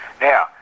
now